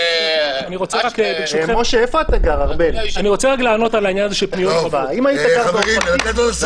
אני רוצה לענות על העניין של פניות --- חברים לתת לו לסיים.